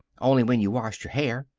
only when you washed your hair.